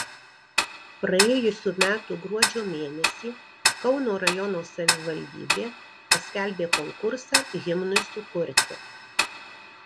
praėjusių metų gruodžio mėnesį kauno rajono savivaldybė paskelbė konkursą himnui sukurti